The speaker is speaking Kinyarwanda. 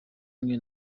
umwe